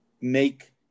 make